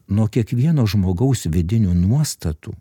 nuo kiekvieno žmogaus vidinių nuostatų